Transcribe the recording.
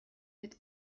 mit